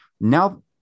Now